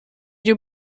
you